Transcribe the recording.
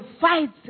fights